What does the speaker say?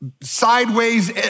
sideways